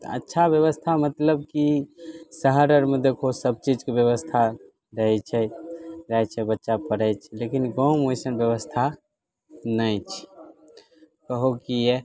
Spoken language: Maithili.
अच्छा बेबस्था मतलब कि शहर आरमे देखहो सब चीजके बेबस्था रहैत छै जाइत छै बच्चा पढ़ैत छै लेकिन गाँवमे ओइसन बेबस्था नहि छै कहुँ किआ